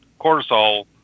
cortisol